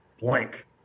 blank